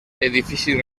edifici